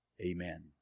Amen